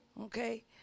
Okay